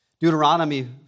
Deuteronomy